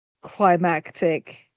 climactic